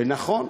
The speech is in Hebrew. ונכון,